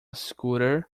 scooter